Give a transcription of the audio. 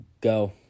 Go